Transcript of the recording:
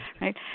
right